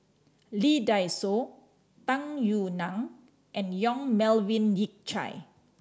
Lee Dai Soh Tung Yue Nang and Yong Melvin Yik Chye